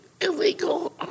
illegal